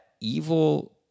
evil